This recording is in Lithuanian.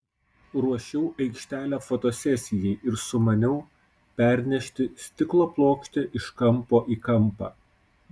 ruošiau aikštelę fotosesijai ir sumaniau pernešti stiklo plokštę iš kampo į kampą